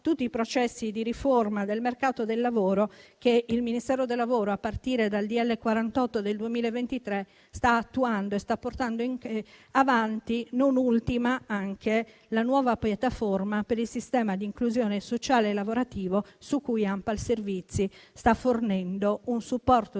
tutti i processi di riforma del mercato del lavoro, che il Ministero del lavoro, a partire dal decreto-legge n. 48 del 2023, sta attuando e sta portando in avanti, non ultima la nuova piattaforma per il sistema di inclusione sociale e lavorativa su cui ANPAL Servizi sta fornendo un supporto